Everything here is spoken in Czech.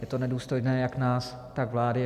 Je to nedůstojné jak nás, tak vlády.